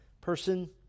person